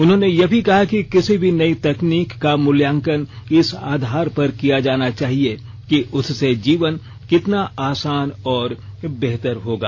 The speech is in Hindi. उन्होंने यह भी कहा कि किसी भी नई तकनीक का मुल्यांकन इस आधार पर किया जाना चाहिए कि उससे जीवन कितना आसान और बेहतर होगा